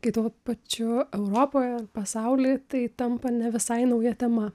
kai tuo pačiu europoje pasauly tai tampa ne visai nauja tema